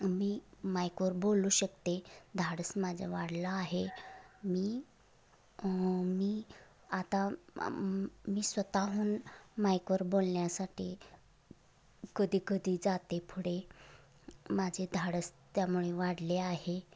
मी माईकवर बोलू शकते धाडस माझं वाढलं आहे मी मी आता स्वतःहून माईकवर बोलण्यासाठी कधी कधी जाते पुढे माझे धाडस त्यामुळे वाढले आहे